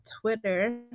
Twitter